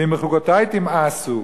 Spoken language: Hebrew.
"ואם בחֻקֹתי תמאסו,